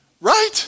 Right